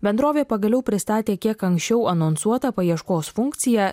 bendrovė pagaliau pristatė kiek anksčiau anonsuotą paieškos funkciją